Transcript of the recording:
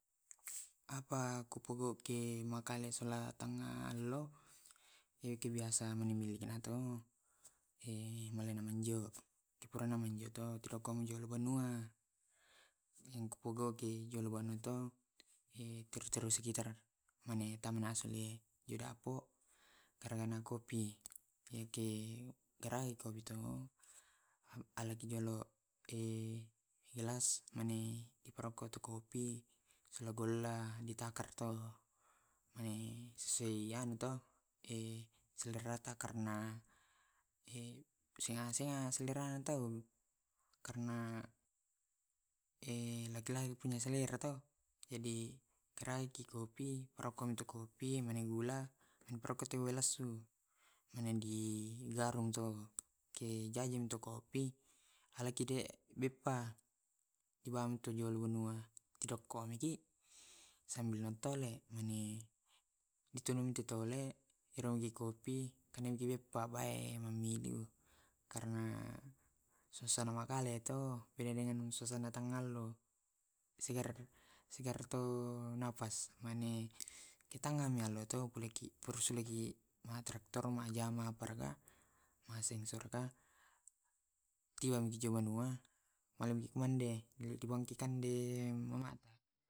Apa ku pogoki makale sula tangalo. Engke biasa elo milliki pole mananjo. Purana manjo tu eloka mnjadi gubernur. Mapogoki ku manasu kpi terakhir kopi to alo ke alo injo tu di parokkoki kopi silo golla mani di takar tu sesuai selerata karena senga senga seleranya tau karena laitlai penyelesaian kero terakhirki kpi koro kopi gula. Jadi jadi tuk kopi alaki tu beppa di tokko maki sambil nonton. Ditunumi tole raung di kopi pabae memilihmi susah makale to singerto nafas mane ketangani alle to buleki atur jama paraga waseng sora wija banua meloki mandi di buangki kande mamata